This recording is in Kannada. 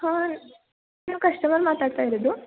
ಹಾಂ ನಾವು ಕಸ್ಟಮರ್ ಮಾತಾಡ್ತಾ ಇರೋದು